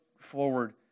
forward